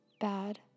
bad